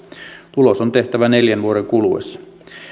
tulos on tehtävä neljän vuoden kuluessa